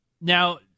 Now